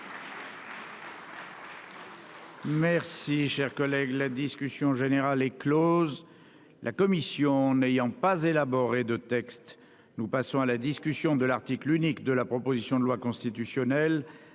constitutionnelle. La discussion générale est close. La commission n'ayant pas élaboré de texte, nous passons à la discussion de l'article unique de la proposition de loi constitutionnelle